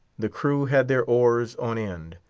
the crew had their oars on end.